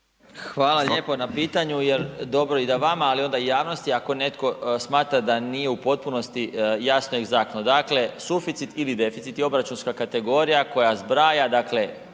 Hvala na pitanju. Dobro da vama ali onda i javnosti ako netko smatra da nije u potpunosti jasno i egzaktno. Dakle, suficit ili deficit je obračunska kategorija koja zbraja